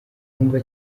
wumva